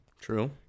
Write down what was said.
True